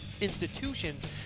institutions